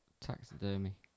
taxidermy